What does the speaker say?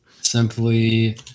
Simply